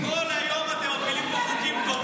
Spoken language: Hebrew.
נגד מילואימניקיות ודמי לידה.